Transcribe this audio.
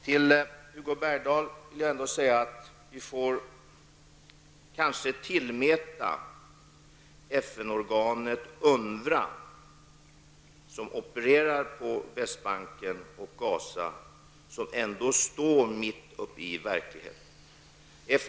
För Hugo Bergdahl vill jag ändå framhålla att vi kanske bör tillmäta FN-organet UNRWA, som opererar på Västbanken och i Gaza-området och som står mitt uppe i verkligheten, stor betydelse.